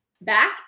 back